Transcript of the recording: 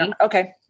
Okay